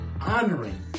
honoring